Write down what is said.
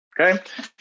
Okay